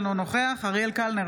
אינו נוכח אריאל קלנר,